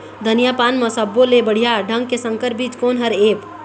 धनिया पान म सब्बो ले बढ़िया ढंग के संकर बीज कोन हर ऐप?